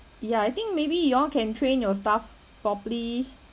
ya I think maybe you all can train your staff properly